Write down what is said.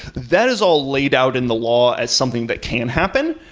that is all laid out in the law as something that can happen.